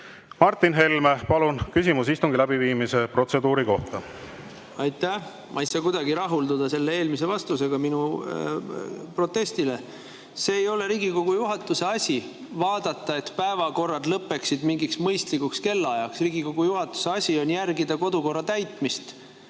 Martin Helme, palun, küsimus istungi läbiviimise protseduuri kohta! Aitäh! Ma ei saa kuidagi rahulduda selle eelmise vastusega minu protestile. See ei ole Riigikogu juhatuse asi vaadata, et päevakorrad lõpeksid mingiks mõistlikuks kellaajaks. Riigikogu juhatuse asi on järgida kodukorra täitmist.